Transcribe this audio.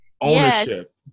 Ownership